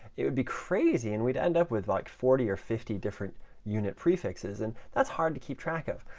it would be crazy, and we'd end up with like forty or fifty different unit prefixes. and that's hard to keep track of.